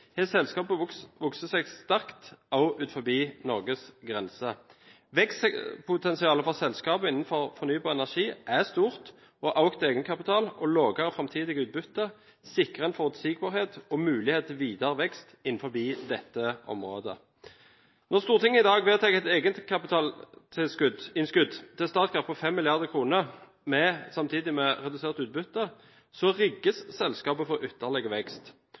er stort, og økt egenkapital og lavere framtidige utbytter sikrer forutsigbarhet og mulighet til videre vekst innen dette området. Når Stortinget i dag vedtar et egenkapitalinnskudd til Statkraft på 5 mrd. kr samtidig med redusert utbytte, rigges selskapet for ytterligere vekst,